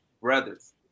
brothers